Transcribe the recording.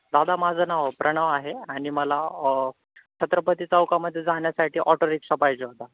दादा माझं नाव प्रणव आहे आणि मला छत्रपती चौकामध्ये जाण्यासाठी ऑटो रिक्षा पाहिजे होता